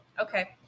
Okay